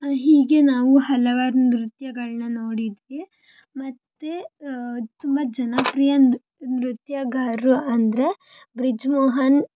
ಹೀಗೆ ನಾವು ಹಲವಾರು ನೃತ್ಯಗಳನ್ನ ನೋಡಿದ್ವಿ ಮತ್ತು ತುಂಬ ಜನಪ್ರಿಯ ನೃತ್ಯಗಾರರು ಅಂದರೆ ಬ್ರಿಜ್ಮೋಹನ್